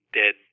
dead